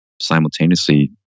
simultaneously